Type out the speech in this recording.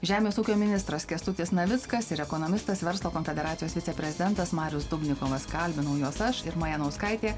žemės ūkio ministras kęstutis navickas ir ekonomistas verslo konfederacijos viceprezidentas marius dubnikovas kalbinau juos aš irma janauskaitė